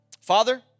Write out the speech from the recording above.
Father